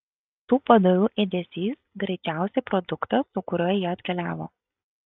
tų padarų ėdesys greičiausiai produktas su kuriuo jie atkeliavo